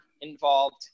involved